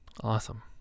Awesome